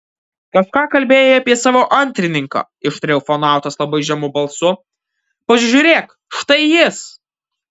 kažką kalbėjai apie savo antrininką ištarė ufonautas labai žemu balsu pasižiūrėk štai jis